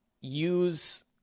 use